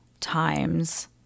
times